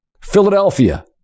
Philadelphia